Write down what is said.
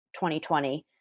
2020